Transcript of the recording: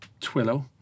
Twilio